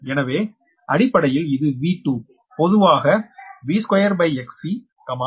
எனவே அடிப்படையில் இது V2 பொதுவாக V2Xc Xc1c